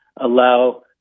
allow